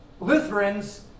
lutherans